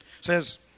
says